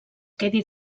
quedi